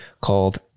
called